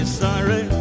sorry